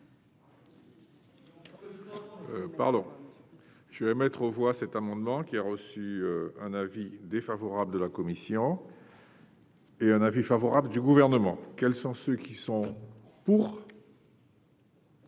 Pardon, je vais mettre aux voix cet amendement qui a reçu un avis défavorable de la commission. Et un avis favorable du gouvernement. Quels sont ceux qui sont pour.